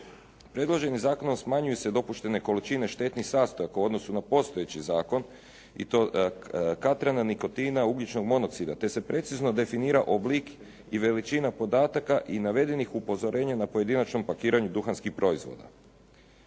Predloženim zakonom smanjuju se dopuštene količine štetnih sastojaka u odnosu na postojeći zakon i to katrana, nikotina, ugljičnog monoksida te se precizno definira oblik i veličina podataka i navedenih upozorenja na pojedinačnom pakiranju duhanskih proizvoda.